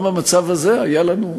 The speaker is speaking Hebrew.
גם המצב הזה היה לנו,